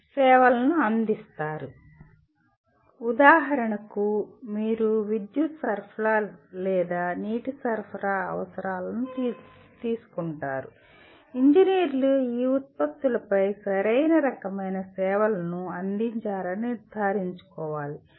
వారు సేవలను అందిస్తారు ఉదాహరణకు మీరు విద్యుత్ సరఫరా లేదా నీటి సరఫరాను తీసుకుంటారు ఇంజనీర్లు ఈ ఉత్పత్తులపై సరైన రకమైన సేవలను అందించారని నిర్ధారించుకోవాలి